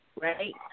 right